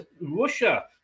Russia